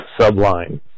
subline